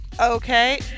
Okay